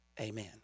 Amen